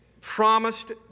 promised